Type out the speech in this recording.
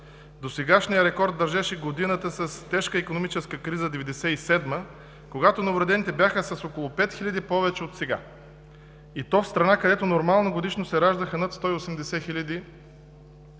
Досегашният рекорд държеше годината с тежка икономическа криза – 1997, когато новородените бяха с около 5 хиляди повече от сега, и то в страна, където годишно се раждаха над 180